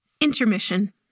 Intermission